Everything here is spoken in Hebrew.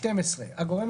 התנאים